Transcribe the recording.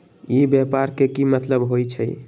ई व्यापार के की मतलब होई छई?